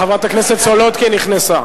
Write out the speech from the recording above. חברת הכנסת סולודקין נכנסה.